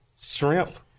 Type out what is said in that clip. shrimp